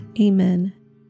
Amen